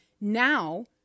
Now